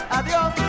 adiós